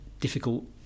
difficult